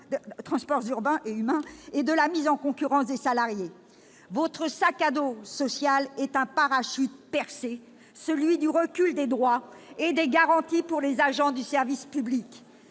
des transports urbains et de la mise en concurrence des salariés. Votre sac à dos social est un parachute percé, celui du recul des droits et des garanties pour les agents du service public